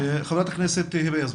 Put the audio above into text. חברת הכנסת היבה יזבק.